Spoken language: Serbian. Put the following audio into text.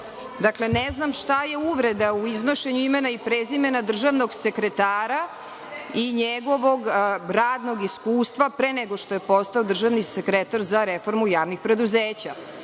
Dakle, ne znam šta je uvreda u iznošenju imena i prezimena državnog sekretara i njegovog radnog iskustva pre nego što je postao državni sekretar za reformu javnih preduzeća.